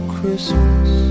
Christmas